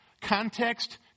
Context